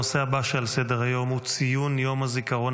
הנושא הבא שעל סדר-היום הוא ציון יום הזיכרון